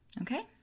Okay